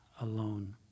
alone